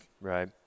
Right